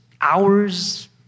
hours